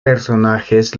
personajes